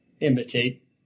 imitate